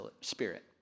spirit